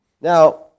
Now